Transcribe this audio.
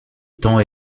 temps